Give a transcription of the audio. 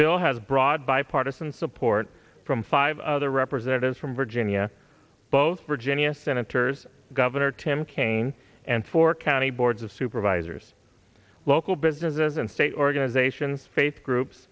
bill has broad bipartisan support from five other representatives from virginia both virginia senators governor tim kaine and four county boards of supervisors local businesses and state organizations faith groups